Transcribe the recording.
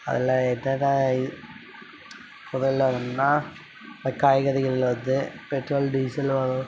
அதில் எதை தான் பொருளாதாரம்னா இப்போ காய்கறிகள் வந்து பெட்ரோல் டீசல்